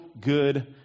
good